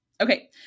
Okay